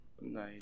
Nice